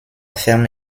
ferme